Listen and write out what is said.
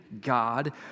God